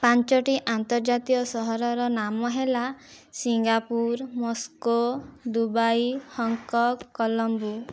ପାଞ୍ଚଟି ଅନ୍ତର୍ଜାତୀୟ ସହରର ନାମ ହେଲା Singapore Moscow Dubai Hong Kong Colombo